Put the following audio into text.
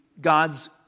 God's